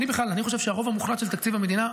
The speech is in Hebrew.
אני בכלל חושב שהרוב המוחלט של תקציב המדינה,